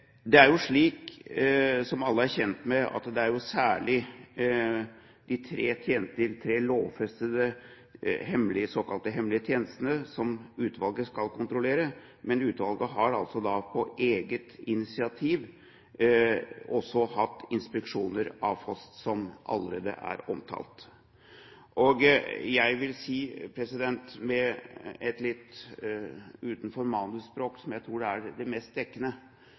Det er jo slik, som alle er kjent med, at det er særlig de tre lovfestede såkalte hemmelige tjenestene som utvalget skal kontrollere, men utvalget har da på eget initiativ også hatt inspeksjoner av FOST, som allerede er omtalt. Jeg vil si med et språk litt utenom manus, som jeg tror er det mest dekkende: